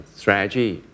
strategy